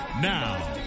Now